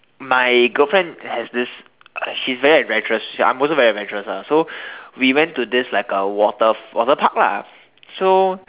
my girlfriend has this she's very adventurous I am also very adventurous lah so we went to this like a water water park lah so